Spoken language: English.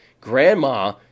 Grandma